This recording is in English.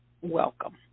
welcome